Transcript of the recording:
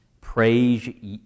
Praise